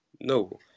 no